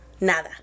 Nada